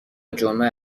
جمعه